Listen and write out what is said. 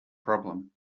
problem